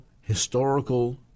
historical